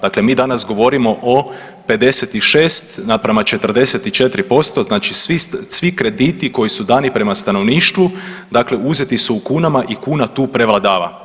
Dakle, mi danas govorimo o 56 naprama 44%, znači svi krediti koji su dani prema stanovništvu dakle uzeti su u kunama i kuna tu prevladava.